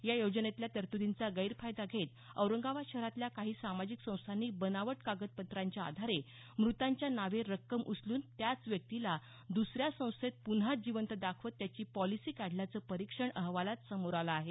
या योजनेतल्या तरतूदींचा गैरफायदा घेत औरंगाबाद शहरातल्या काही सामाजिक संस्थांनी बनावट कागदपत्रांच्या आधारे मृतांच्या नावे रक्कम उचलून त्याच व्यक्तीला दुसऱ्या संस्थेत पुन्हा जिवंत दाखवत त्याची पॉलिसी काढल्याचं परिक्षण अहवालात समोर आलं आहे